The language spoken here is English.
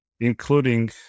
including